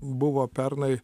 buvo pernai